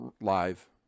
live